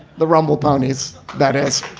the rumble ponies. that is